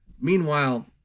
Meanwhile